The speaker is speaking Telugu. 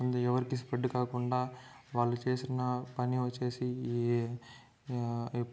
అది ఎవరికీ స్ప్రెడ్ కాకుండా వాళ్ళు చేసిన పని వచ్చేసి ఈ